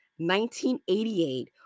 1988